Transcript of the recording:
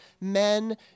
men